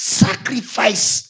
sacrifice